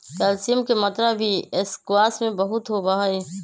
calcium के मात्रा भी स्क्वाश में बहुत होबा हई